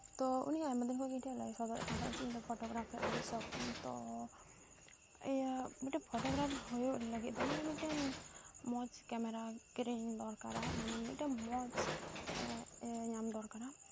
ᱛᱚ ᱩᱱᱤ ᱟᱭᱢᱟ ᱫᱤᱱ ᱠᱷᱚᱡ ᱜᱮ ᱤᱧ ᱴᱷᱮᱡ ᱮᱭ ᱞᱟᱹᱭ ᱥᱚᱫᱚᱨᱮᱫ ᱠᱟᱱ ᱛᱟᱦᱮᱱᱟ ᱡᱮ ᱤᱧ ᱫᱚ ᱯᱷᱚᱴᱳᱜᱨᱟᱯᱷᱟᱨ ᱟᱹᱰᱤ ᱥᱚᱠᱛᱤᱧ ᱛᱚ ᱤᱭᱟᱹ ᱢᱤᱫᱴᱮᱡ ᱯᱷᱚᱴᱳᱜᱨᱟᱯᱷᱟᱨ ᱦᱩᱭᱩᱜ ᱞᱟᱹᱜᱤᱫ ᱫᱚ ᱢᱤᱫᱴᱮᱱ ᱢᱚᱡᱽ ᱠᱮᱢᱮᱨᱟ ᱠᱤᱨᱤᱧ ᱫᱚᱨᱠᱟᱨᱟ ᱢᱟᱱᱮ ᱢᱤᱫᱴᱮᱱ ᱢᱚᱡᱽ ᱧᱟᱢ ᱫᱚᱨᱠᱟᱨᱟ ᱡᱮᱢᱚᱱ ᱫᱷᱚᱨᱮ ᱱᱟᱣ